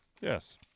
yes